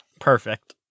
Perfect